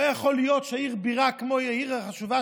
לא יכול להיות שעיר בירה כמו העיר החשובה